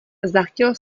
zachtělo